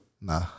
Nah